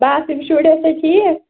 بَس یِم شُرۍ ٲسیٛا ٹھیٖک